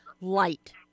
light